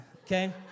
Okay